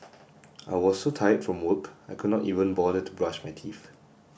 I was so tired from work I could not even bother to brush my teeth